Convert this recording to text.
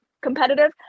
competitive